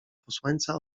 posłańca